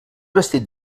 vestit